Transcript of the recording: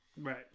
Right